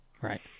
right